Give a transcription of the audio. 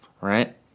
right